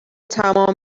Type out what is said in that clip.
تمام